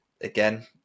again